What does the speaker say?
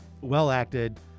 well-acted